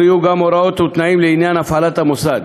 יהיו גם הוראות ותנאים לעניין הפעלת המוסד.